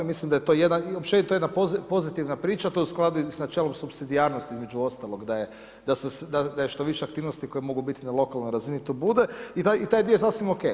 Mislim da je to općenito jedna pozitivna priča, to je u skladu i sa načelom supsidijarnosti između ostalog da je što više aktivnosti koje mogu biti na lokalnoj razini to bude i taj dio je sasvim ok.